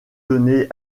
donner